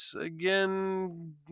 Again